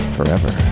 Forever